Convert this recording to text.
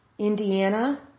Indiana